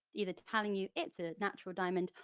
either telling you it's a natural diamond,